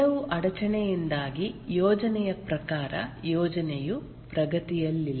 ಕೆಲವು ಅಡಚಣೆಯಿಂದಾಗಿ ಯೋಜನೆಯ ಪ್ರಕಾರ ಯೋಜನೆಯು ಪ್ರಗತಿಯಲ್ಲಿಲ್ಲ